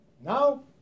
now